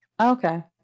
okay